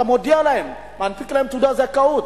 אתה מודיע להם, מנפיק להם תעודת זכאות.